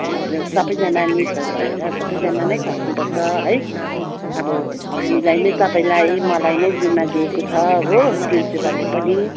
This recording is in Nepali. हजुर सबैजना मिसहरू भएर सबैजना नै खट्नु पर्छ है अब हामीलाई नै तपाईँलाई मलाई नै जिम्मा दिएको छ हो प्रिन्सिपलले पनि